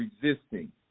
resisting